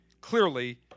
clearly